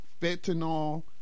fentanyl